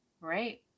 Right